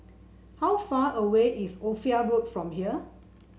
how far away is Ophir Road from here